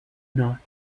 not